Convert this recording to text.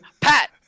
Pat